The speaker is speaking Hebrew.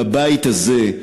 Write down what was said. בבית הזה,